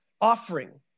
offering